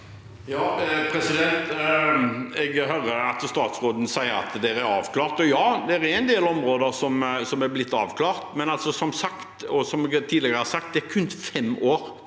Jeg hører at stats- råden sier at det er avklart. Ja, det er en del områder som er blitt avklart, men som sagt, og som jeg tidligere har sagt, er det kun fem år